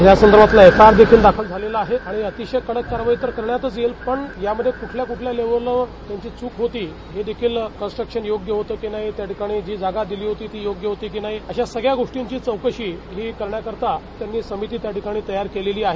यासंदर्भातील एफआयआर देखिल दाखल झालेला आहे आणि अतिशय कडक कारवाई करण्यातच येईल पण यामध्ये कुठल्या कुठल्या लेव्हलवर त्यांची चूक होती हे देखिल कंन्ट्रक्शन योग्य होतं की नाही त्यांटिकाणी जी जागा दिली होती ती योग्य होती की नाही अशा सगळ्या गोष्टींची चौकशीही करण्याकरिता त्यांनी समिती त्या ठिकाणी तयार केलेली आहे